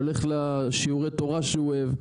הולך לשיעורי התורה שהוא אוהב.